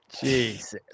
Jesus